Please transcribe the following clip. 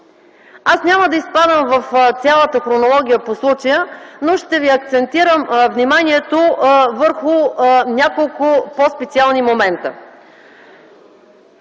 Няма да изпадам в цялата хронология по случая, но ще ви акцентирам вниманието върху няколко по-специални момента.